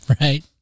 Right